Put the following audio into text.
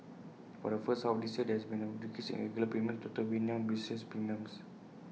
for the first half of this year there has been A decrease in regular premiums total weighed new business premiums